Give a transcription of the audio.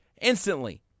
instantly